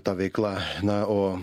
ta veikla na o